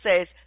says